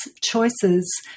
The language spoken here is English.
choices